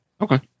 Okay